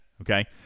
okay